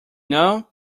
know